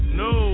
no